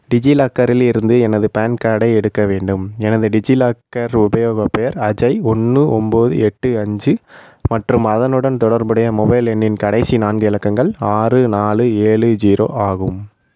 டிஜிலாக்கரில் இருந்து எனது பான் கார்டை எடுக்க வேண்டும் எனது டிஜிலாக்கர் உபயோகப் பெயர் அஜய் ஒன்று ஒம்பது எட்டு அஞ்சு மற்றும் அதனுடன் தொடர்புடைய மொபைல் எண்ணின் கடைசி நான்கு இலக்கங்கள் ஆறு நாலு ஏழு ஜீரோ ஆகும்